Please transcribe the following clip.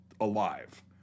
alive